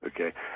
Okay